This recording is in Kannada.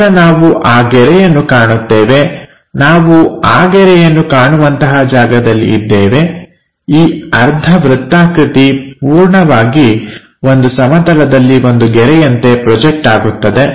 ನಂತರ ನಾವು ಆ ಗೆರೆಯನ್ನು ಕಾಣುತ್ತೇವೆ ನಾವು ಆ ಗೆರೆಯನ್ನು ಕಾಣುವಂತಹ ಜಾಗದಲ್ಲಿ ಇದ್ದೇವೆ ಈ ಅರ್ಧವೃತ್ತಾಕೃತಿ ಪೂರ್ಣವಾಗಿ ಒಂದು ಸಮತಲದಲ್ಲಿ ಒಂದು ಗೆರೆಯಂತೆ ಪ್ರೊಜೆಕ್ಟ್ ಆಗುತ್ತದೆ